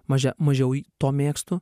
mažia mažiau j to mėgstu